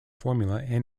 formula